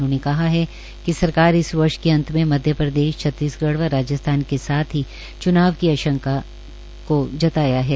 उन्होंने कहा कि सरकार इस वर्ष के अंत में मध्यप्रदेश छत्तीस गढ़ व राजस्थान के साथ ही च्नाव की आशंका जताई है